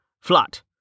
Flat